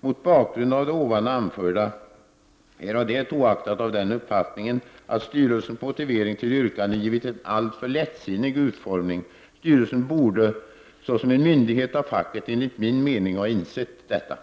Mot bakgrund av det ovan anförda är jag det oaktat av den uppfattningen, att styrelsens motivering till yrkandet givits en alltför lättsinnig utformning. Styrelsen borde, såsom en myndighet av facket, enligt min mening ha insett detta.”